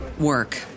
work